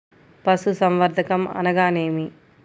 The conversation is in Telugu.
పశుసంవర్ధకం అనగానేమి?